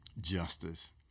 justice